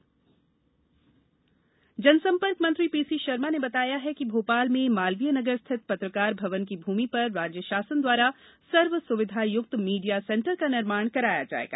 media centre जनसम्पर्क मंत्री PC Sharma ने बताया है कि भोपाल में मालवीय नगर स्थित पत्रकार भवन की भूमि पर राज्य शासन द्वारा सर्व सुविधा युक्त मीडिया सेन्टर का निर्माण कराया जायेगा